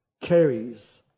carries